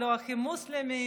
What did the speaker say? לא אחים מוסלמים.